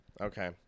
Okay